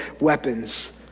weapons